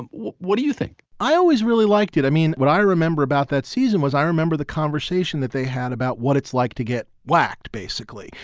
and what what do you think? i always really liked it i mean, what i remember about that season was i remember the conversation that they had about what it's like to get whacked, basically.